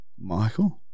Michael